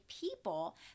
people